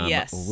Yes